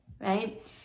right